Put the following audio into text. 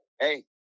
hey